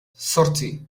zortzi